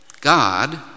God